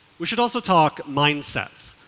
we should also talk mindsets.